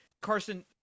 Carson